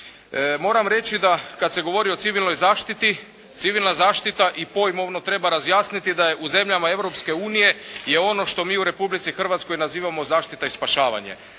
Moram reći da kad se govori o civilnoj zaštiti, civilna zaštita i pojmovno treba razjasniti da je u zemljama Europske unije je ono što mi u Republici Hrvatskoj nazivamo zaštita i spašavanje.